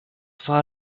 far